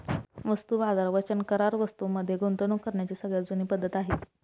वस्तू बाजार वचन करार वस्तूं मध्ये गुंतवणूक करण्याची सगळ्यात जुनी पद्धत आहे